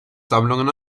sammlungen